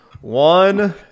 one